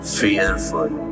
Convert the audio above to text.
fearful